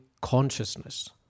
consciousness